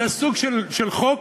זה סוג של חוק